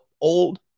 old